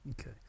Okay